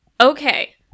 Okay